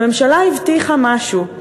הממשלה הבטיחה משהו.